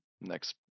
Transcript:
next